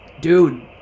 Dude